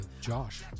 Josh